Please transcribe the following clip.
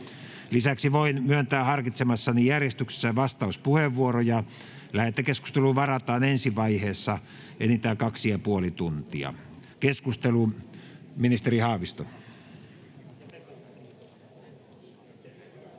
Lisäksi voin myöntää harkitsemassani järjestyksessä vastauspuheenvuoroja. Lähetekeskusteluun varataan ensi vaiheessa enintään 2,5 tuntia. — Keskusteluun, ministeri Haavisto.